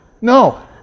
No